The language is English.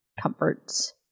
comforts